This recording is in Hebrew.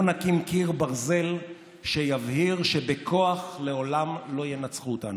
נקים קיר ברזל שיבהיר שבכוח לעולם לא ינצחו אותנו.